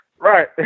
Right